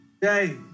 Hey